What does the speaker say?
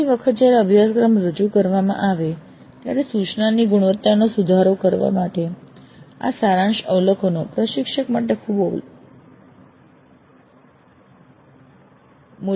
ફરી વખત જયારે અભ્યાસક્રમ રજૂ કરવામાં આવે ત્યારે સૂચનાની ગુણવત્તા સુધારવા માટે આ સારાંશ અવલોકનો પ્રશિક્ષક માટે ખૂબ મૂલ્યવાન હશે